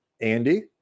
Andy